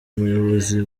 ubuyobozi